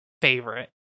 favorite